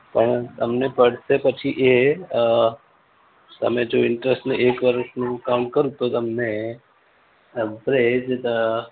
પણ તમને પડશે પછી એ તમે જો ઈન્ટરેસ્ટને એક વરસનું કાઉન્ટ કરશો તો તમને ઍવરેજ એ